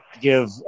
give